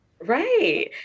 Right